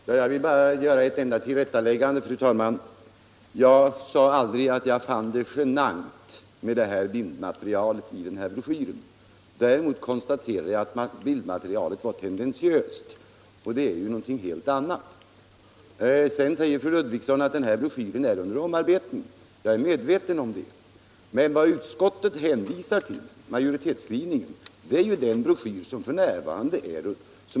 Fru talman! Jag vill bara göra ett tillrättaläggande. Jag sade aldrig att jag fann bildmaterialet i broschyren genant. Däremot konstaterade jag att bildmaterialet var tendentiöst, och det är någonting helt annat. Fru Ludvigsson sade att broschyren är under omarbetning. Jag är medveten om det. Men utskottet hänvisar till den broschyr som f. n. finns.